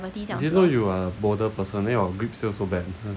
didn't know you are a boulder person then your grip still so bad